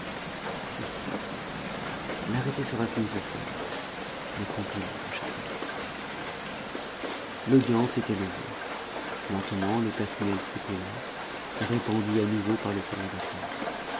il sourit l'arrêté sera signé ce soir mes compliments mon cher collègue l'audience était levée lentement le personnel s'écoula répandu à nouveau par le salon d'attente